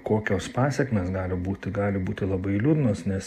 kokios pasekmės gali būti gali būti labai liūdnos nes